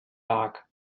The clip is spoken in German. lag